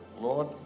Lord